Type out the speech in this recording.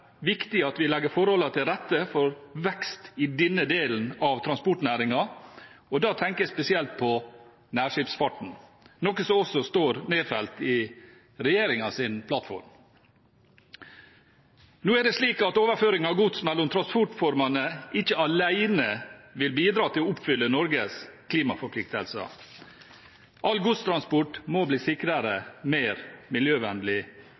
viktig at vi legger forholdene til rette for vekst i denne delen av transportnæringen, og da tenker jeg spesielt på nærskipsfarten, noe som også står nedfelt i regjeringens plattform. Nå er det slik at overføring av gods mellom transportformene ikke alene vil bidra nok til å oppfylle Norges klimaforpliktelser. All godstransport må bli sikrere, mer miljøvennlig